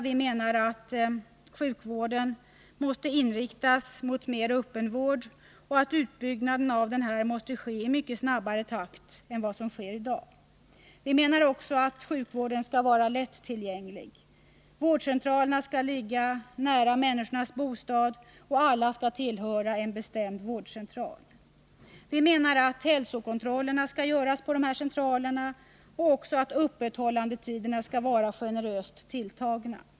Vpk menar att sjukvården måste inriktas på mer öppenvård och att utbyggnaden av denna måste ske i mycket snabbare takt än i dag. Vi menar också att sjukvården skall vara lättillgänglig. Vårdcentralerna skall ligga nära människornas bostad, och alla skall tillhöra en bestämd vårdcentral. Vi menar att hälsokontrollerna skall göras på dessa centraler och att öppethållandetiderna skall vara generöst tilltagna.